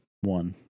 one